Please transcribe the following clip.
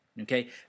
okay